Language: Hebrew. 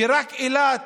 רק על אילת